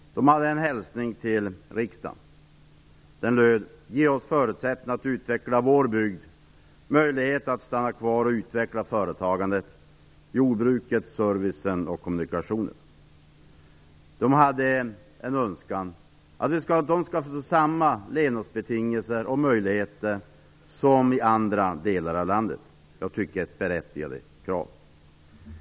De hade en hälsning till riksdagen som löd: Ge oss förutsättningar att utveckla vår bygd, möjlighet att stanna kvar och utveckla företagandet, jordbruket, servicen och kommunikationerna! De hade en önskan att få samma levnadsbetingelser och möjligheter som man har i andra delar av landet. Jag tycker att det är ett berättigat krav.